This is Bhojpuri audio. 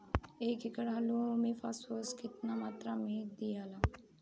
एक एकड़ आलू मे फास्फोरस के केतना मात्रा दियाला?